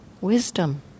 Wisdom